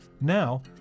Now